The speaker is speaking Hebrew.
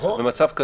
בדרך כלל,